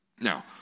Now